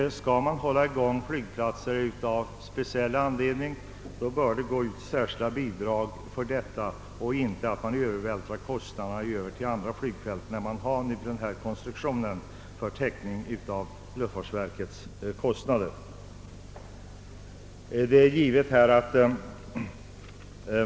Skall flygplatser behållas av speciell anledning bör det därför utgå särskilda bidrag, så att kostnaderna inte övervältras på andra flygfält, eftersom vi nu har sådan här konstruktion för täckning av luftfartsverkets kostnader.